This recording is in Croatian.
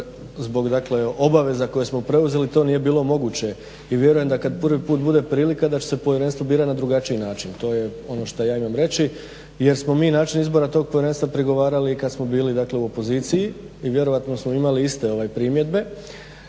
dakle obaveza koje smo preuzeli to nije bilo moguće i vjerujem da kad prvi put bude prilika da će povjerenstvo birati na drugačiji način. To je ono što ja imam reći, jer smo mi način izbora tog povjerenstva prigovarali i kad smo bili dakle u opoziciji i vjerojatno smo imali iste primjedbe.